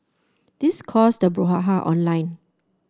this caused the brouhaha online